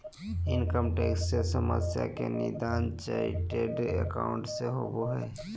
income tax से समस्या के निदान चार्टेड एकाउंट से होबो हइ